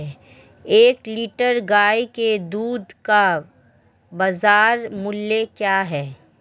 एक लीटर गाय के दूध का बाज़ार मूल्य क्या है?